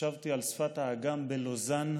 ישבתי על שפת האגם בלוזאן,